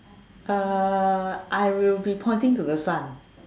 uh I will be pointing to the sun